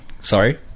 sorry